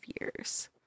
years